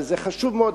וזה חשוב מאוד,